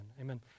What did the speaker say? amen